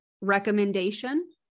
recommendation